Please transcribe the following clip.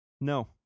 No